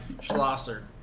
Schlosser